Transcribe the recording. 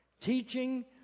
teaching